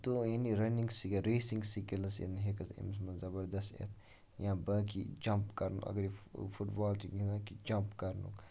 تہٕ یعنی running skill racing skills یِم ہٮ۪کَن أمِس منٛز زَبَردَس اِتھ یا باقی جَمپ کَرُن اگرَے فُٹ بال چھِ گِندان جَمپ کَرنُک